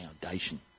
foundation